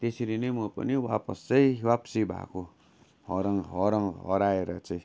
त्यसरी नै म पनि वापस चाहिँ वापसी भएको हराउँ हराउँ हराएर चाहिँ